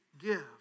give